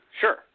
sure